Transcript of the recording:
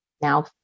now